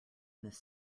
this